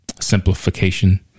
simplification